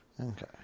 Okay